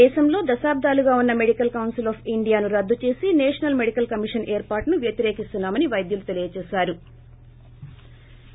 దేశంలో దశాబ్దాలుగా ఉన్న మెడికల్ కొన్పిల్ ఆఫ్ ఇండియా ఎంసీఐను రద్దు చేసి నేషనల్ మెడికల్ కమిషన్ ఏర్పాటును వ్యతిరేకిస్తున్నామని పైద్యులు చెప్పారు